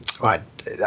Right